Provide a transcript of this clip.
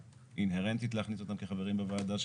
אינהרנטית להכניס אותם כחברים בוועדה.